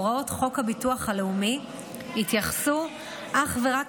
הוראות חוק הביטוח הלאומי התייחסו אך ורק